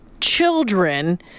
children